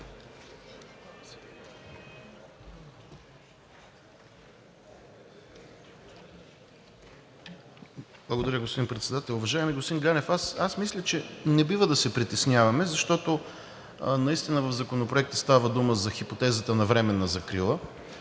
Благодаря, господин Председател. Уважаеми господин Ганев, аз мисля, че не бива да се притесняваме, защото наистина в Законопроекта става дума за хипотезата на временна закрила.